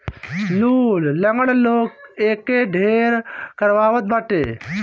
लूल, लंगड़ लोग एके ढेर करवावत बाटे